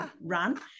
run